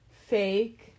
fake